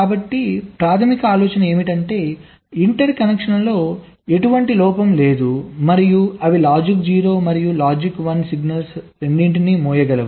కాబట్టి ప్రాథమిక ఆలోచన ఏమిటంటే ఇంటర్ కనెక్షన్లలో ఎటువంటి లోపం లేదు మరియు అవి లాజిక్ 0 మరియు లాజిక్ 1 సిగ్నల్స్ రెండింటినీ మోయగలవు